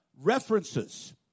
references